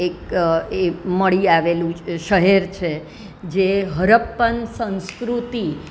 એક એ મળી આવેલું શહેર છે જે હડપ્પન સંસ્કૃતિ